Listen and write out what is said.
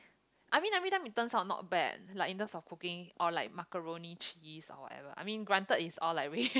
I mean every time it turns out not bad like in terms of cooking or like macaroni cheese or like whatever I mean granted is all like rea~